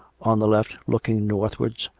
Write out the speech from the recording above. on the left, looking northwards,